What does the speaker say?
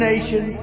nation